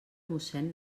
mossén